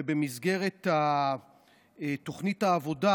ובמסגרת תוכנית העבודה